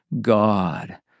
God